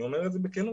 אני אומר את זה בכנות,